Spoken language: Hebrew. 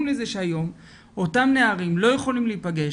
לזה שהיום אותם נערים לא יכולים להפגש,